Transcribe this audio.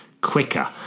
quicker